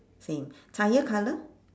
same tyre colour